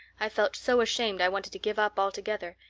i felt so ashamed i wanted to give up altogether,